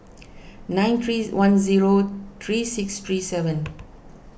nine three one zero three six three seven